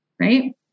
right